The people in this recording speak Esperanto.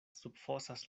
subfosas